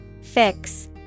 Fix